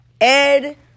Ed